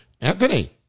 Anthony